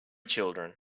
children